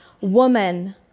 woman